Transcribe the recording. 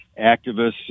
activists